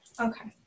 Okay